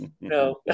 No